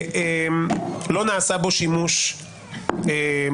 לא נעשה בו שימוש כלל.